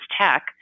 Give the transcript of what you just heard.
tech